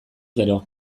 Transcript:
gero